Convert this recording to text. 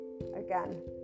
again